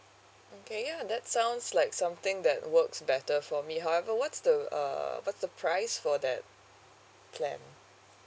okay ya that sounds like something that works better for me however what's the uh what's the price for that plan